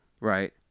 Right